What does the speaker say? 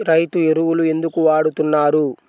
రైతు ఎరువులు ఎందుకు వాడుతున్నారు?